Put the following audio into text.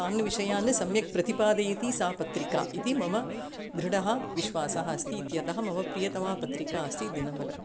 तान् विषयान् सम्यक् प्रतिपादयति सा पत्रिका इति मम दृढः विश्वासः अस्ति इत्यतः मम प्रियतमा पत्रिका अस्ति दिनमलर्